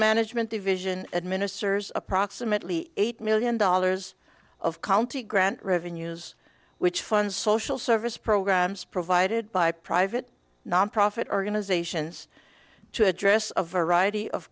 management division administers approximately eight million dollars of county grant revenues which fund social service programs provided by private nonprofit organizations to address of variety of